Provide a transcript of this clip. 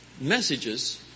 messages